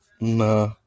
nah